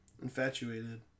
infatuated